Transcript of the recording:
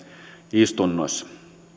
istunnoissa